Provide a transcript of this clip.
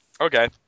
Okay